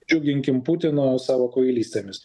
džiuginkim putiną savo kvailystėmis